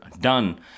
done